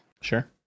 sure